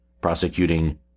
prosecuting